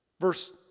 Verse